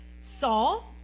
Saul